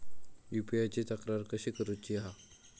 UPI ची तक्रार कशी करुची हा?